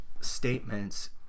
statements